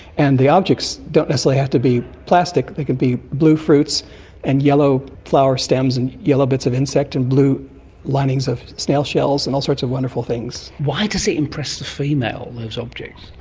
and the objects don't necessarily have to be plastic, they can be blue fruits and yellow flower stems and yellow bits of insect and blue linings of snail shells and all sorts of wonderful things. why does it impress the female, those objects?